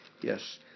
Yes